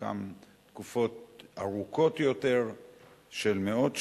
חלקם תקופות ארוכות יותר של מאות שנים.